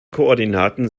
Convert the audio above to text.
koordinaten